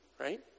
right